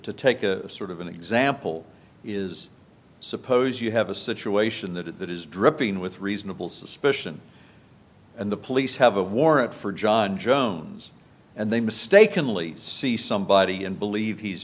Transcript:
to take a sort of an example is suppose you have a situation that is dripping with reasonable suspicion and the police have a warrant for john jones and they mistakenly see somebody and believe he's